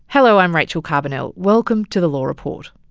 hello, i'm rachel carbonell, welcome to the law report.